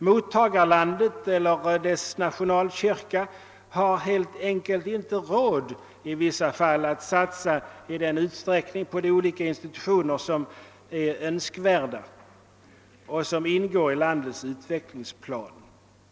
Mottagarlandet eller dess nationalkyrka har kanske inte råd att satsa pengar i erforderlig utsträckning på de olika institutioner som är önskvärda och som ingår i landets utvecklingsplan.